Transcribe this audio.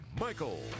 Michael